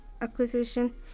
acquisition